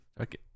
okay